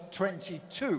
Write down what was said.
22